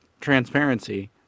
transparency